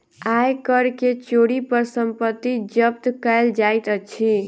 आय कर के चोरी पर संपत्ति जब्त कएल जाइत अछि